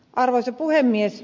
arvoisa puhemies